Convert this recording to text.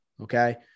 Okay